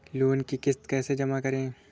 Loan की किश्त कैसे जमा करें?